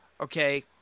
Okay